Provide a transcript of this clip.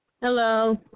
Hello